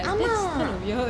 !hanna!